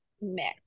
mix